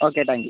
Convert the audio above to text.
okay thank you